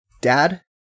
dad